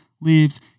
leaves